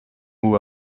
uue